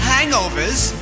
Hangovers